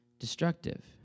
destructive